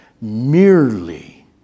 merely